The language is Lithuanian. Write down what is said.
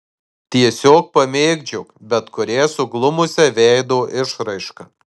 tiesiog pamėgdžiok bet kurią suglumusią veido išraišką